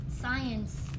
science